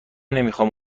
نمیخام